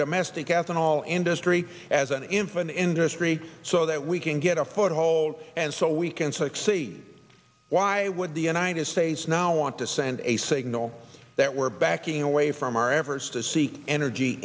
domestic ethanol industry as an infant industry so that we can get a foothold and so we can succeed why would the united states now want to send a signal that we're backing away from our efforts to seek energy